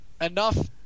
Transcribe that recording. enough